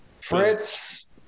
Fritz